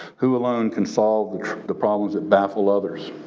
who alone can solve the problems that baffle others,